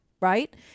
right